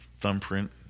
thumbprint